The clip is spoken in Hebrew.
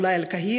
אולי על קהיר,